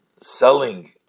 Selling